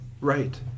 Right